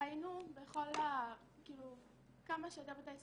ראינו שכמה שיותר בתי ספר,